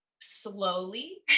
slowly